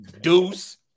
Deuce